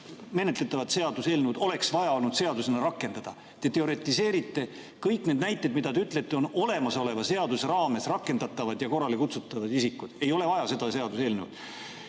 menetletavat seaduseelnõu oleks vaja olnud seadusena rakendada. Te teoretiseerite. Kõik näited, mida te ütlete, on olemasoleva seaduse raames rakendatavad ja isikud on korrale kutsutavad. Ei ole vaja seda seaduseelnõu.